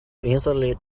instantly